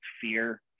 fear